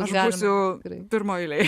aš būsiu pirmoj eilėj